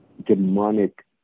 Demonic